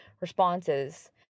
responses